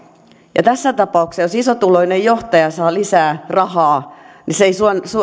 tässä tapauksessa jos isotuloinen johtaja saa lisää rahaa se ei